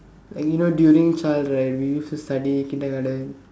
like you know during child right we used to study kindergarten